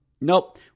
Nope